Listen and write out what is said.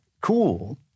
cool